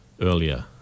earlier